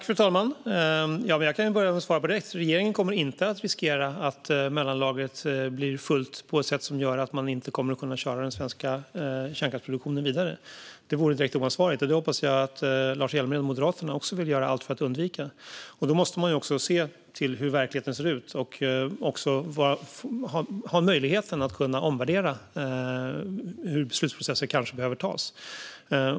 Fru talman! Jag kan svara direkt: Regeringen kommer inte att riskera att mellanlagret blir fullt på ett sätt som gör att man inte kommer att kunna köra den svenska kärnkraftsproduktionen vidare. Det vore direkt oansvarigt, och det hoppas jag att också Lars Hjälmered och Moderaterna vill göra allt för att undvika. Då måste man också se hur verkligheten ser ut och ha möjligheten att omvärdera hur beslutsprocesser behöver hanteras.